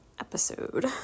episode